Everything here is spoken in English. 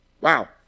Wow